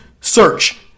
Search